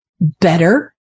better